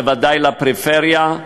בוודאי במיוחד לפריפריה,